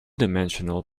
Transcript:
dimensional